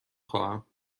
خواهم